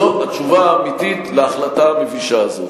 זו התשובה האמיתית להחלטה המבישה הזאת.